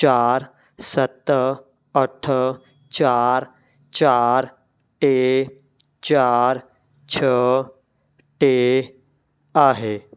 चार सत अठ चार चार टे चार छह टे आहे